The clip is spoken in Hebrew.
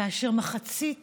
כאשר מחצית